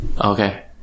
Okay